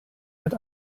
mit